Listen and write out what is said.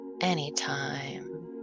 Anytime